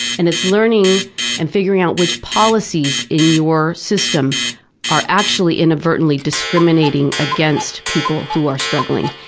and it's learning and figuring out which policies in your system are actually inadvertently discriminating against people who are struggling,